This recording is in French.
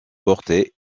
portée